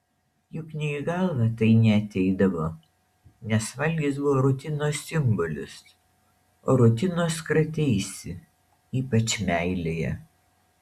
juk nė į galvą tai neateidavo nes valgis buvo rutinos simbolis o rutinos krateisi ypač meilėje